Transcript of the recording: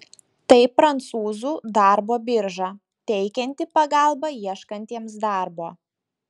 tai prancūzų darbo birža teikianti pagalbą ieškantiems darbo